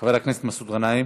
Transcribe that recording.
חבר הכנסת מסעוד גנאים,